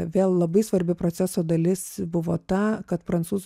vėl labai svarbi proceso dalis buvo ta kad prancūzų